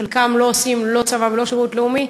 חלקם לא עושים לא צבא ולא שירות לאומי,